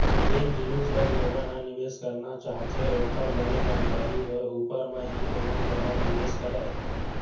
जेन जिनिस बर लोगन ह निवेस करना चाहथे ओखर बने जानकारी होय ऊपर म ही कोनो जघा निवेस करय